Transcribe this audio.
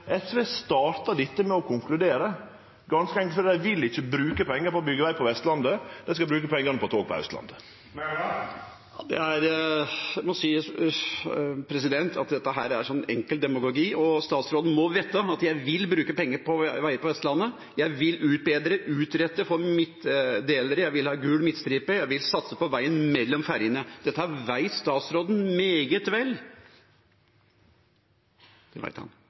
SV startar dette med å konkludere, ganske enkelt fordi dei ikkje vil bruke pengar på å byggje veg på Vestlandet – dei skal bruke pengane på tog på Austlandet. Jeg må si at dette er enkel demagogi, og statsråden må vite at jeg vil bruke penger på vei på Vestlandet. Jeg vil utbedre, utrette, få midtdelere, ha gul midtstripe, og jeg vil satse på veien mellom fergene. Dette vet statsråden meget vel. Det vet han.